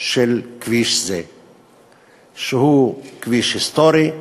של הכביש שהוא כביש היסטורי.